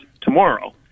tomorrow